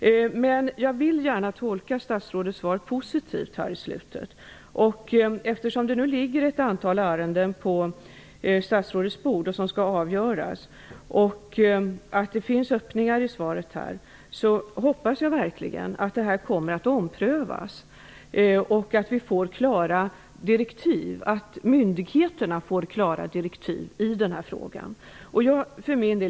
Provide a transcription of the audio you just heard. Men jag vill gärna tolka statsrådets svar positivt. Eftersom det ligger ett antal ärenden på statsrådets bord för avgörande, och det finns öppningar antydda i svaret, hoppas jag verkligen att dessa frågor kommer att omprövas. Myndigheterna måste få klara direktiv i denna fråga.